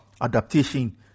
adaptation